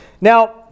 Now